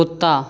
कुत्ता